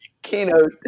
Keynote